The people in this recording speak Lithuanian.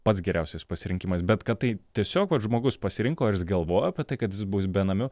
pats geriausias pasirinkimas bet kad tai tiesiog vat žmogus pasirinko ar jis galvojo apie tai kad jis bus benamiu